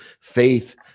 faith